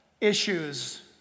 issues